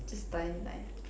just die like